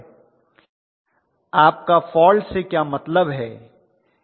आप का फॉल्ट से क्या मतलब है